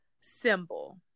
symbol